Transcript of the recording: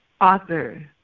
author